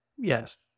Yes